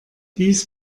dies